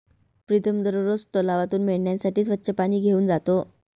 प्रीतम दररोज तलावातून मेंढ्यांसाठी स्वच्छ पाणी घेऊन जातो